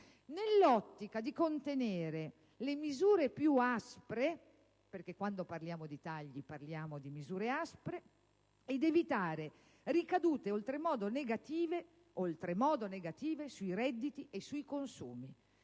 nell'ottica di contenere le misure più aspre (quando parliamo di tagli, parliamo di misure aspre) ed evitare ricadute oltremodo negative sui redditi e sui consumi.